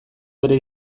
bere